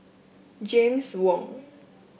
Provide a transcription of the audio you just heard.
James Wong